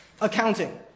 accounting